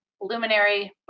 luminary